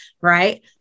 right